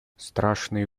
страшный